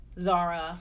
Zara